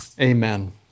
Amen